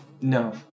No